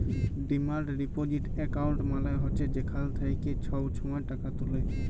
demand deposit account মালে হছে যেখাল থ্যাইকে ছব ছময় টাকা তুলে